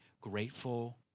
grateful